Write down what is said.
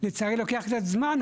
לצערי לוקח קצת זמן,